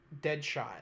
Deadshot